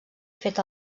fet